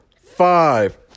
five